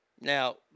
Now